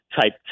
type